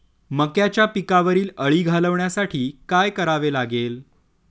मक्याच्या पिकावरील अळी घालवण्यासाठी काय करावे लागेल?